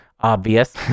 obvious